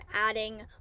adding